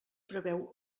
preveu